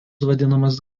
vadinamas